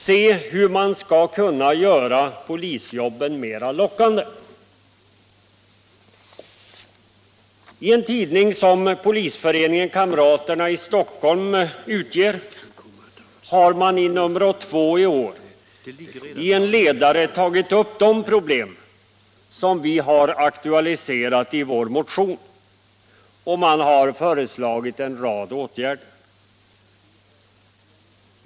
Man bör undersöka hur man kan göra polisjobben mera lockande. I en tidning som polisföreningen Kamraterna i Stockholm utger har man i nr 2 i år i en ledare tagit upp de problem som vi har aktualiserat i vår motion, och man har föreslagit en rad åtgärder.